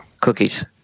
cookies